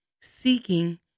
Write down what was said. seeking